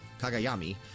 Kagayami